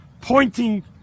pointing